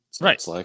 Right